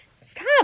Stop